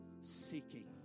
seeking